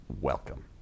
welcome